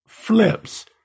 flips